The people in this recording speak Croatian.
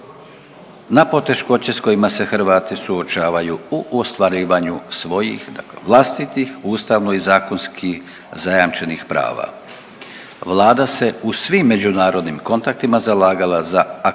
na poteškoće s kojima se Hrvati suočavaju u ostvarivanju svojih vlastitih ustavno i zakonski zajamčenih prava. Vlada se u svim međunarodnim kontaktima zalagala za aktivan